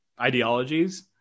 ideologies